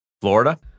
Florida